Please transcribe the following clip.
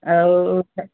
ଆଉ ସାର୍